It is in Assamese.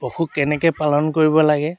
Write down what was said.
পশু কেনেকৈ পালন কৰিব লাগে